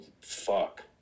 fuck